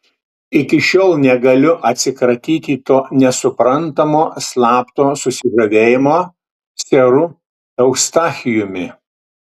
iki šiol negaliu atsikratyti to nesuprantamo slapto susižavėjimo seru eustachijumi